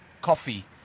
coffee